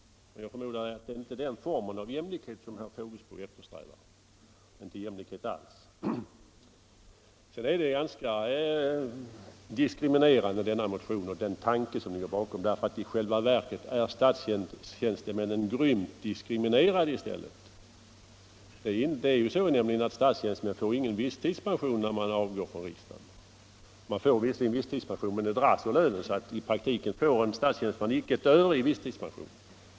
Men jag förmodar att det inte är den formen av jämlikhet som herr Fågelsbo eftersträvar —- inte jämlikhet alls. Den tanke som ligger bakom den här motionen är ganska upprörande, för i själva verket är i stället statstjänstemännen grymt diskriminerade. Det är nämligen så att statstjänstemän inte får någon reell visstidspension när de avgår från riksdagen. De får formellt visstidspension, men den dras från lönen, så i praktiken får en statstjänsteman icke ett öre i visstidspension.